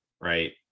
right